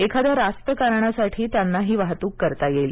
एखाद्या रास्त कारणासाठी ही त्यांना वाहतूक करता येईल